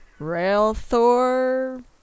Railthor